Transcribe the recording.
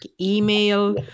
email